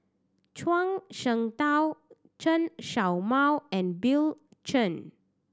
Zhuang Shengtao Chen Show Mao and Bill Chen